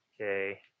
okay